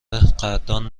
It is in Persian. قدردان